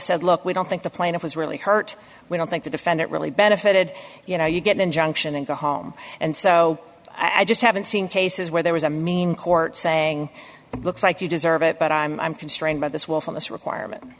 said look we don't think the plaintiff was really hurt we don't think the defendant really benefited you know you get an injunction and go home and so i just haven't seen cases where there was a mean court saying looks like you deserve it but i'm constrained by this willfulness requirement